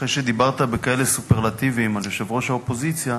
אחרי שדיברת בכאלה סופרלטיבים על יושב-ראש האופוזיציה,